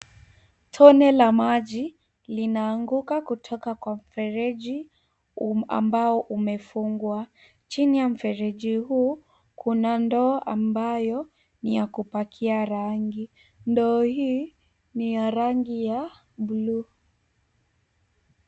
Tone la maji linaanguka kutoka kwa mfereji ambao umefungwa. Chini ya mfereji huu, kuna ndoo ambayo ni ya kupakia rangi. Ndoo hii ni ya rangi ya bluu.